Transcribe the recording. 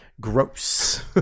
Gross